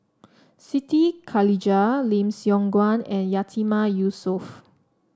Siti Khalijah Lim Siong Guan and Yatiman Yusof